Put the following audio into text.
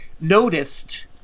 noticed